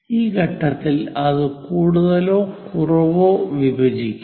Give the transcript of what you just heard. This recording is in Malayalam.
ഈ ഘട്ടത്തിൽ ഇത് കൂടുതലോ കുറവോ വിഭജിക്കും